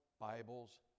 Bibles